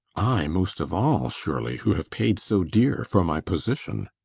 i most of all, surely, who have paid so dear for my position.